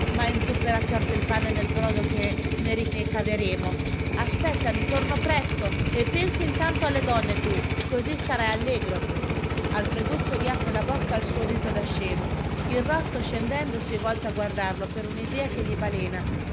ma inzupperà certo il pane nel brodo che ne caveremo aspettami torno presto e pensa intanto alle donne tu così starai allegro alfreduccio riapre la bocca al suo riso da scemo il rosso scendendo si volta a guardarlo per un'idea che gli balena